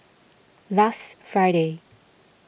last Friday